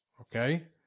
Okay